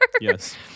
Yes